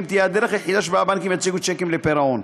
תהיה הדרך היחידה שבה הבנקים יציגו שיקים לפירעון.